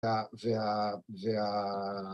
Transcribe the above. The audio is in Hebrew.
זה ה... זה ה... זה ה...